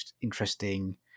interesting